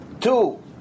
Two